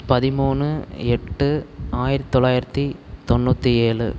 பதிமூணு எட்டு ஆயிரத்தி தொள்ளாயிரத்தி தொண்ணூற்றி ஏழு